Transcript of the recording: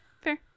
fair